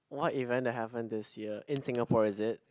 what event that happened this year in Singapore is it